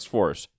Force